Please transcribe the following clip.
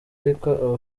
ariko